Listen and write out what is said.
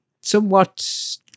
somewhat